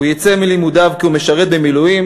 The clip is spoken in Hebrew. הוא יצא מלימודיו כי הוא משרת במילואים.